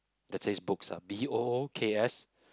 that says books ah B_O_O_K_S